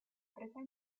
presenza